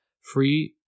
free